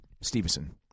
Stevenson